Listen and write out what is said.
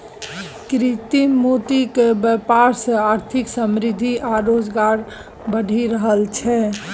कृत्रिम मोतीक बेपार सँ आर्थिक समृद्धि आ रोजगार बढ़ि रहल छै